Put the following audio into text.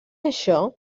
això